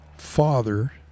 father